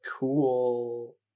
Cool